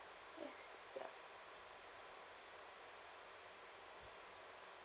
ya